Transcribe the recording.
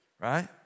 right